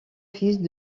fils